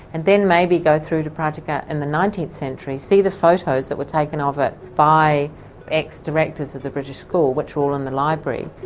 and then maybe go through to pratica in the nineteenth century, see the photos that were taken ah of it by ex-directors of the british school, which are all in the library.